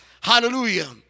Hallelujah